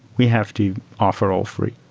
we have to offer all three.